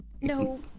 No